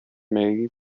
may